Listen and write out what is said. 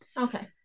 Okay